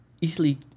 easily